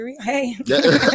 hey